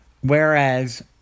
Whereas